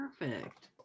Perfect